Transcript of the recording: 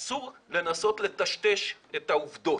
אסור לנסות לטשטש את העובדות.